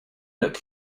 look